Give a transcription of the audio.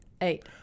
Eight